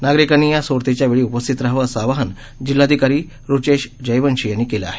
नागरिकांनी या सोडतीच्या वेळी उपस्थित रहावं असं आवाहन जिल्हाधिकारी रुचेश जयवंशी यांनी केलं आहे